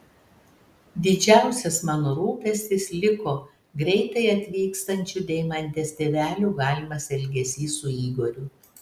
didžiausias mano rūpestis liko greitai atvykstančių deimantės tėvelių galimas elgesys su igoriu